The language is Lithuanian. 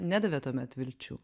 nedavė tuomet vilčių